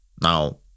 Now